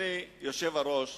אדוני היושב-ראש,